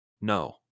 no